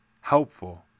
helpful